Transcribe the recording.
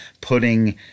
putting